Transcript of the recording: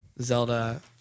Zelda